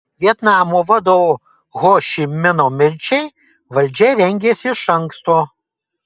vietnamo vadovo ho ši mino mirčiai valdžia rengėsi iš anksto